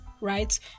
right